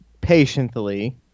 patiently